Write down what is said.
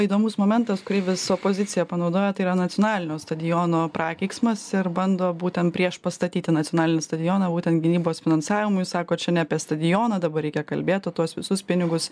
įdomus momentas kurį vis opozicija panaudoja tai yra nacionalinio stadiono prakeiksmas ir bando būtent prieš pastatyti nacionalinį stadioną būtent gynybos finansavimui sakot čia ne apie stadioną dabar reikia kalbėt o tuos visus pinigus